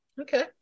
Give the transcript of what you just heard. Okay